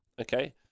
okay